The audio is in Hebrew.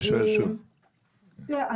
תראה,